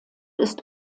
ist